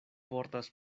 portas